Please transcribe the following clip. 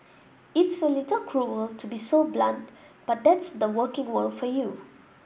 it's a little cruel to be so blunt but that's the working world for you